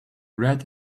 red